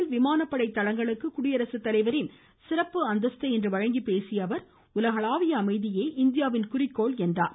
கௌகாத்தியில் விமானப்படை தளங்களுக்கு குடியரசுத்தலைவரின் சிறப்பு அந்தஸ்தை இன்று வழங்கி பேசிய அவர் உலகளாவிய அமைதியே இந்தியாவின் குறிக்கோள் என்றார்